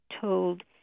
told